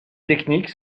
techniques